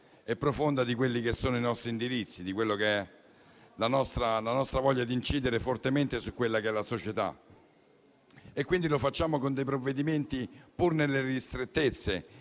e profonda di quelli che sono i nostri indirizzi, di quella che è la nostra voglia di incidere fortemente sulla società. Lo facciamo con dei provvedimenti, pur nelle ristrettezze